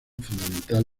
fundamental